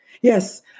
Yes